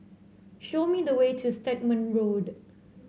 show me the way to Stagmont Road